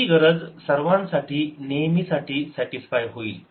ही गरज सर्वांसाठी नेहमी साठी सॅटिस्फाय होईल